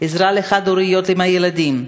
עזרה לחד-הוריות עם ילדים,